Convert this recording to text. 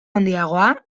handiagoa